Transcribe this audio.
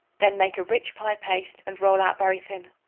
then make a rich pie-paste and roll out very thin.